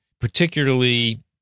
particularly